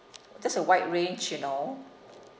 that's a wide range you know